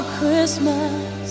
Christmas